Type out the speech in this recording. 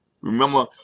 Remember